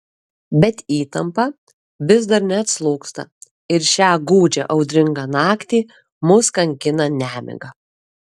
bet įtampa vis dar neatslūgsta ir šią gūdžią audringą naktį mus kankina nemiga